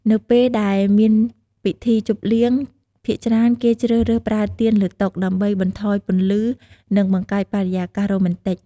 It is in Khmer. នៅពេលដែលមានពិធីជប់លៀង ភាគច្រើនគេជ្រើសរើសប្រើទៀនលើតុ ដើម្បីបន្ថយពន្លឺ និងបង្កើតបរិយាកាសរ៉ូមែនទិច។